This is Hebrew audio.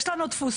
יש לנו תפוסה,